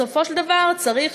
בסופו של דבר צריך